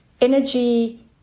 energy